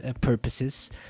purposes